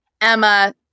Emma